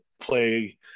play